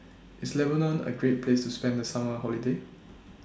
IS Lebanon A Great Place to spend The Summer Holiday